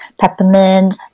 peppermint